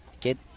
get